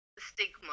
stigma